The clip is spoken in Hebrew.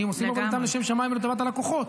עושים את עבודתם לשם שמיים ולטובת הלקוחות,